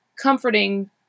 comforting